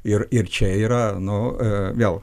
ir ir čia yra nu vėl